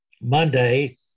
Monday